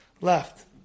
Left